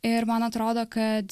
ir man atrodo kad